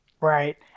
Right